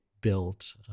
built